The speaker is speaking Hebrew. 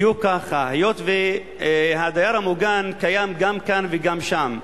בדיוק ככה, היות שהדייר המוגן קיים גם כאן וגם שם.